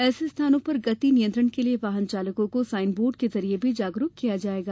ऐसे स्थानों पर गति नियंत्रण के लिये वाहन चालकों को साइन बोर्ड के जरिये भी जागरूक किया जायेगा